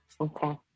Okay